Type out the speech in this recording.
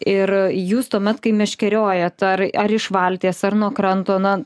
ir jūs tuomet kai meškeriojat ar ar iš valties ar nuo kranto na